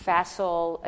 Facile